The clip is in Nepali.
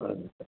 हजुर